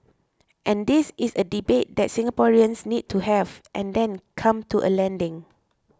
and this is a debate that Singaporeans need to have and then come to a landing